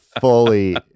fully